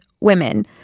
women